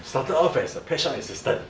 started off as a pet shop assistant